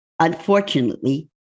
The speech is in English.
Unfortunately